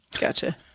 Gotcha